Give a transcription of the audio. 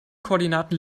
koordinaten